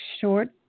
short